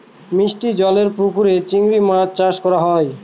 মিষ্টি জলেরর পুকুরে চিংড়ি মাছ চাষ করা হয়